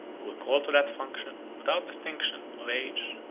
were called to that function without distinction of age,